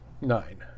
Nine